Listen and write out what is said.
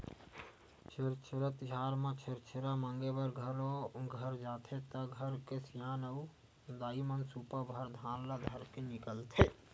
छेरछेरा तिहार म छेरछेरा मांगे बर घरो घर जाथे त घर के सियान अऊ दाईमन सुपा भर धान ल धरके निकलथे